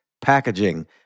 packaging